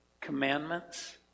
commandments